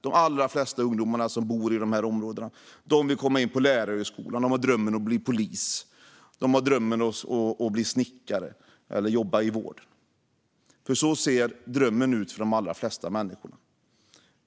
De allra flesta ungdomar som bor i dessa områden vill komma in på lärarhögskolan eller drömmer om att bli polis eller snickare eller jobba i vården. Så ser drömmen ut för de allra flesta människor.